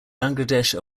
bangladesh